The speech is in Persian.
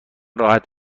راحت